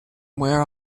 where